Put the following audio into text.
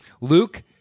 Luke